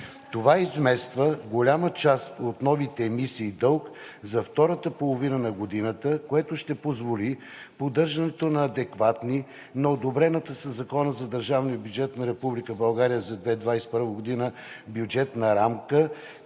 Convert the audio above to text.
Това измества голяма част от новите емисии дълг за втората половина на годината, което ще позволи поддържането на адекватни, на одобрената със Закона за държавния бюджет на